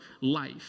life